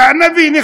שאני אבין.